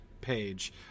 page